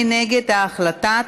מי נגד ההחלטה?